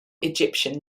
egyptian